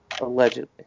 Allegedly